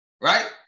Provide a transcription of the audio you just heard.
Right